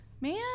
man